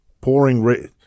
pouring